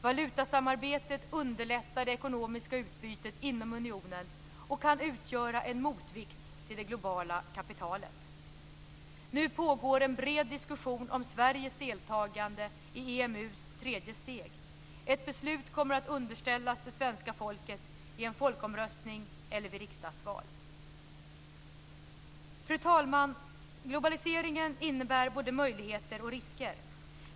Valutasamarbetet underlättar det ekonomiska utbytet inom unionen och kan utgöra en motvikt till det globala kapitalet. Nu pågår en bred diskussion om Sveriges deltagande i EMU:s tredje steg. Ett beslut kommer att underställas det svenska folket i en folkomröstning eller vid riksdagsval. Fru talman! Globaliseringen innebär både möjligheter och risker.